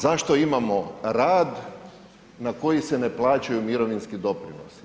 Zašto imamo rad na koji se ne plaćaju mirovinski doprinosi?